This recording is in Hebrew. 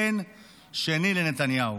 אין שני לנתניהו.